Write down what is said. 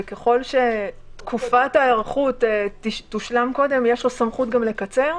וככל שתקופת ההיערכות תושלם קודם, יש סמכות לקצר,